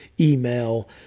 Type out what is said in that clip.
email